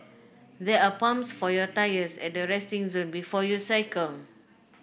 there are pumps for your tyres at the resting zone before you cycle